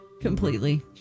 Completely